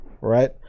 right